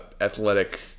athletic